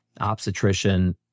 obstetrician